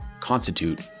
constitute